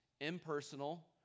impersonal